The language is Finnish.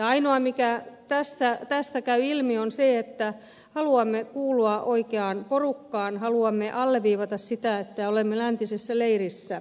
ainoa mikä tästä käy ilmi on se että haluamme kuulua oikeaan porukkaan haluamme alleviivata sitä että olemme läntisessä leirissä